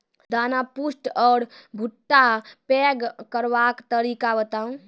दाना पुष्ट आर भूट्टा पैग करबाक तरीका बताऊ?